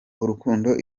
urukundo